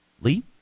lee